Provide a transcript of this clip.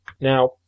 Now